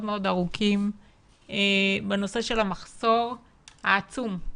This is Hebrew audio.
מאוד ארוכים בנושא של המחסור העצום,